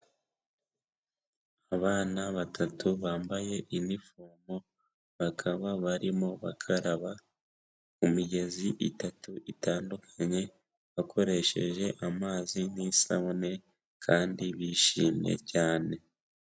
Abana batatu bambaye inifomu bakaba barimo bakaraba mu migezi itatu itandukanye, bakoresheje amazi n'isabune kandi bishimye cyane.